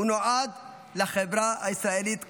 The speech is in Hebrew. הוא נועד לחברה הישראלית כולה,